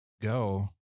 go